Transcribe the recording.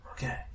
Okay